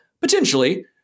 Potentially